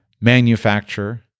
manufacture